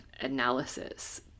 analysis